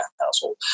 household